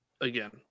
again